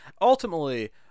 ultimately